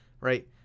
right